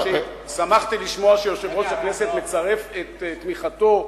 שמחתי לשמוע שיושב-ראש הכנסת מצרף את תמיכתו,